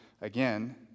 again